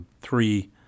three